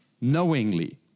knowingly